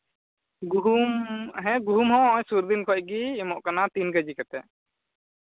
ᱜᱩᱦᱩᱢ ᱦᱮᱸ ᱜᱩᱦᱩᱢ ᱦᱚᱸ ᱱᱚᱜᱼᱚᱭ ᱥᱩᱨ ᱫᱤᱱ ᱠᱷᱚᱱᱜᱮ ᱮᱢᱚᱜ ᱠᱟᱱᱟᱭ ᱛᱤᱱ ᱠᱮᱹᱡᱤ ᱠᱟᱛᱮᱫ